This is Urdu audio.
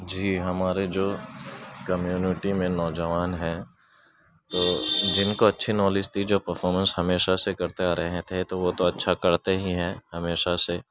جی ہمارے جو کمیونٹی میں نوجوان ہیں تو جن کو اچھی نالج تھی جو پرفارمنس ہمیشہ سے کرتے آ رہے تھے تو وہ تو اچھا کرتے ہی ہیں ہمیشہ سے